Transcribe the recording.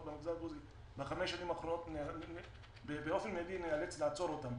במגזר הדרוזי בחמש השנים האחרונות ונאלץ לעצור אותם.